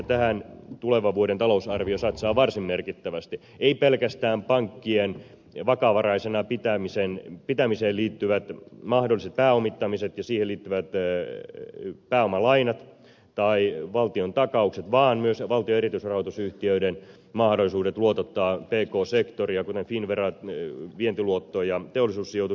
tähän tulevan vuoden talousarvio satsaa varsin merkittävästi eivät pelkästään pankkien vakavaraisina pitämiseen liittyvät mahdolliset pääomittamiset ja siihen liittyvät pääomalainat tai valtiontakaukset vaan myös valtion erityisrahoitusyhtiöiden mahdollisuudet luotottaa pk sektoria kuten finnvera vientiluotto ja teollisuussijoitus